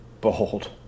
Behold